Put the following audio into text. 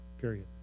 period